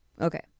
Okay